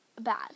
bad